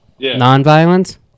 nonviolence